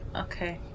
okay